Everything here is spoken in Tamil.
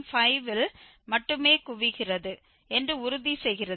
5யில் மட்டுமே குவிகிறது என்று உறுதி செய்கிறது